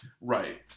right